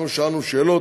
אנחנו שאלנו שאלות.